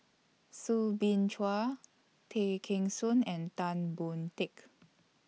Soo Bin Chua Tay Kheng Soon and Tan Boon Teik